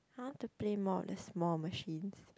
I want to play more of the small machines